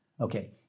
Okay